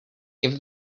give